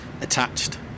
attached